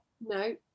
No